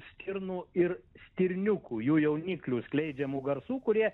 stirnų ir stirniukų jų jauniklių skleidžiamų garsų kurie